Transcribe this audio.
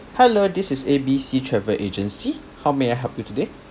hello this is A B C travel agency how may I help you today